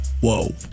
Whoa